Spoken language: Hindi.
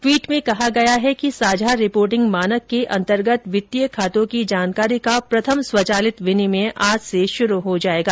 टवीट में कहा गया है कि साझा रिपोर्टिंग मानक के अंतर्गत वित्तीय खातों को जानकारी का प्रथम स्वचालित विनिमय आज से शुरू हो जायेगा